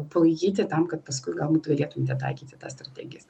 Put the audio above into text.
palaikyti tam kad paskui galbūt galėtumėte taikyti tas strategijas